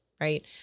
right